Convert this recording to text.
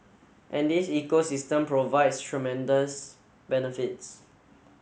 and this ecosystem provides tremendous benefits